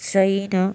China